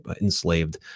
enslaved